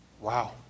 Wow